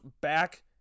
back